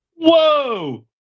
Whoa